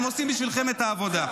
הם עושים בשבילכם את העבודה.